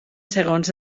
segons